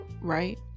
right